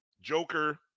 Joker